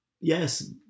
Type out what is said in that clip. Yes